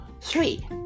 three